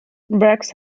breaks